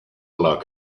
log